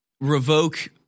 revoke